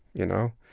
you know.